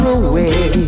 away